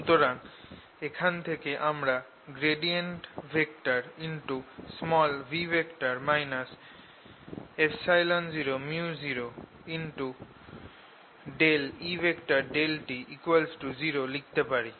সুতরাং এখান থেকে আমরা v 0µ0E∂t 0 লিখতে পারি